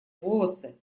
волосы